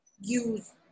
use